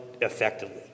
effectively